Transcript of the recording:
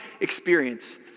experience